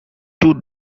two